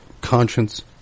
conscience